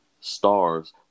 stars